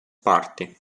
parti